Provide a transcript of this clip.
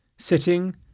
sitting